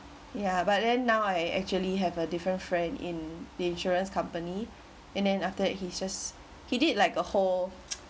ya but then now I actually have a different friend in the insurance company and then after that he just he did like a whole